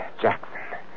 Jackson